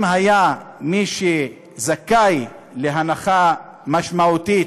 אם יש מי שזכאי להנחה משמעותית